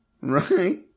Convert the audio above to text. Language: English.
Right